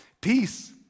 Peace